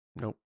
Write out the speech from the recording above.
Nope